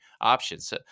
options